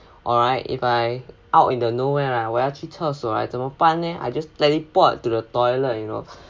or right if I out in the nowhere I 我要去厕所 right 怎么办 leh I just let it port to the toilet you know